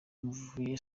mvuge